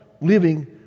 living